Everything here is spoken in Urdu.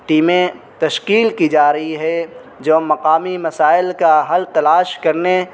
ٹیمیں تشکیل کی جا رہی ہے جو مقامی مسائل کا حل تلاش کرنے